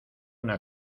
una